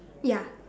ya